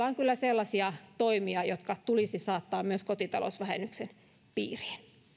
on kyllä sellaisia toimia jotka tulisi saattaa myös kotitalousvähennyksen piiriin